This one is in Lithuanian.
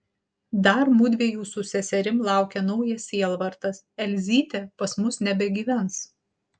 dar mudviejų su seserim laukia naujas sielvartas elzytė pas mus nebegyvens